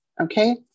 okay